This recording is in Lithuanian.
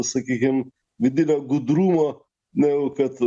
sakykim didelio gudrumo negu kad